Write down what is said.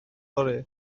fory